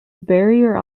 barrier